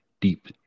deep